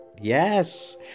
Yes